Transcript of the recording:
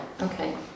okay